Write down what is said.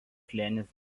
slėnis